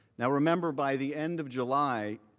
now remember, by the end of july,